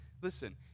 Listen